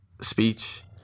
speech